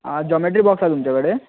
आ geometry box आसा तुमचे कडेन